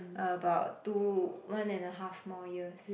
about two one and a half more years